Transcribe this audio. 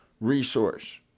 resource